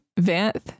Vanth